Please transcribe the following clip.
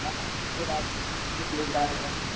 ہاں اچھے راستے سے لے جا ہیں